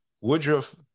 Woodruff